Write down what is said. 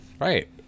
Right